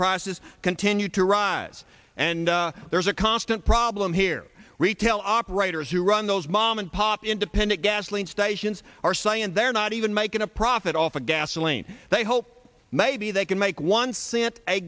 prices continue to rise and there's a constant problem here retail operators who run those mom and pop independent gasoline stations are saying they're not even making a profit off of gasoline they hope maybe they can make one cent a